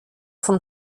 von